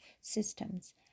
systems